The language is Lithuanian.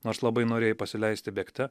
nors labai norėjai pasileisti bėgte